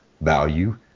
value